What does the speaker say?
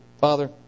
Father